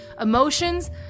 Emotions